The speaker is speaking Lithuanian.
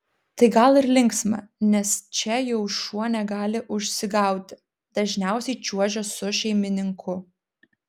tai gal ir linksma nes čia jau šuo negali užsigauti dažniausiai čiuožia su šeimininku